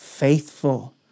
Faithful